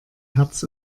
herz